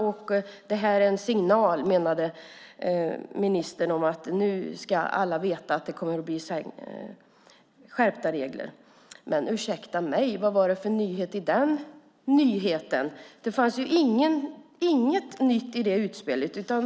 Ministern menade att det var en signal för att alla skulle veta att det skulle bli skärpta regler. Ursäkta mig, men vad var det för nyhet i det? Det fanns ju inget nytt i det utspelet.